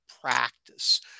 practice